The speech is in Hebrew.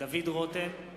דוד רותם,